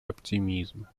оптимизма